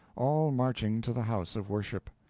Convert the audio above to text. all marching to the house of worship.